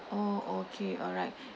oh okay alright